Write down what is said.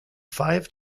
five